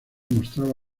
mostraba